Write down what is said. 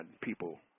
people